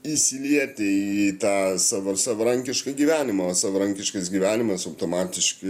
įsilieti į tą sava savarankišką gyvenimą o savarankiškas gyvenimas automatiškai